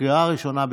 לקריאה ראשונה.